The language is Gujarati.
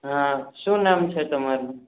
હા શું નામ છે તમારૂં